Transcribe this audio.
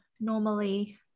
normally